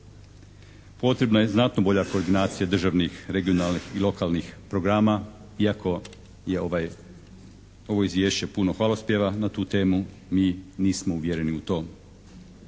Potrebna je znatno bolja koordinacija državnih, regionalnih i lokalnih programa iako je ovo izvješće puno hvalospjeva na tu temu, mi nismo uvjereni u to.